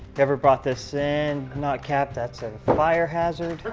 whoever brought this in not capped, that's a fire hazard.